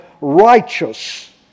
righteous